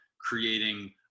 creating